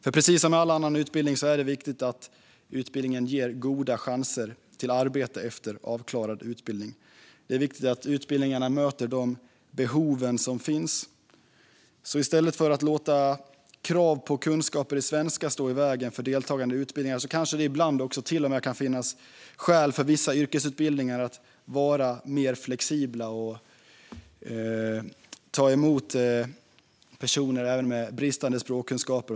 Precis som med all annan utbildning är det viktigt att det finns goda chanser till arbete när utbildningen är avklarad. Det är viktigt att utbildningarna möter de behov som finns. I stället för att låta krav på kunskaper i svenska stå i vägen för deltagande i utbildningar kanske det ibland till och med kan finnas skäl att vara mer flexibel när det gäller vissa yrkesutbildningar och att ta emot personer även med bristande språkkunskaper.